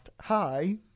hi